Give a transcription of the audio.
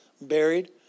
buried